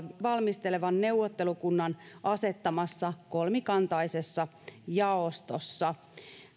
valmistelevan neuvottelukunnan asettamassa kolmikantaisessa jaostossa